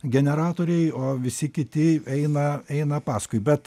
generatoriai o visi kiti eina eina paskui bet